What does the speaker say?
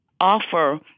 offer